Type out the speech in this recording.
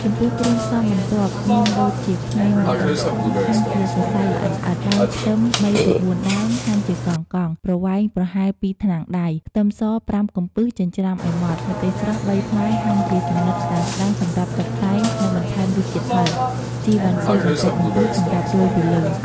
ចំពោះគ្រឿងផ្សំបន្ទាប់ មានដូចជាខ្ញី ១ ដុំធំ ហាន់ជាសរសៃល្អិតៗ, ដើមខ្ទឹម ៣ទៅ៤ ដើម ហាន់ជាកង់ៗ ប្រវែងប្រហែល ២ ថ្នាំងដៃ, ខ្ទឹមស ៥ កំពឹសចិញ្ច្រាំឲ្យម៉ដ្ឋ, , ម្ទេសស្រស់ ៣ ផ្លែ ហាន់ជាចំណិតស្តើងៗសម្រាប់តុបតែង និងបន្ថែមរសជាតិហិរ, ជីរវ៉ាន់ស៊ុយបន្តិចបន្តួចសម្រាប់រោយពីលើ។